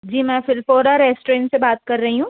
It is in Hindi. जी मैं फिलपोरा रेस्टोरेंट से बात कर रही हूँ